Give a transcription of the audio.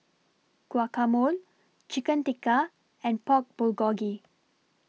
Guacamole Chicken Tikka and Pork Bulgogi